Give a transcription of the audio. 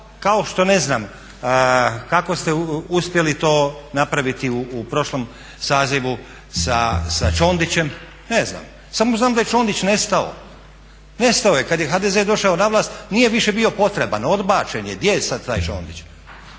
kao što ne znam kako ste uspjeli to napraviti u prošlom sazivu sa Čondićem, ne znam. Samo znam da je Čondić nestao. Nestao je. Kad je HDZ došao na vlast nije više bio potreban, odbačen je. Gdje je sad taj Čondić?